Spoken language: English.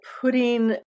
putting